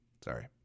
Sorry